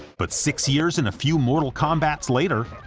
but six years and a few mortal kombats later,